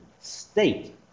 state